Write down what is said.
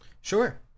Sure